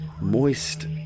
moist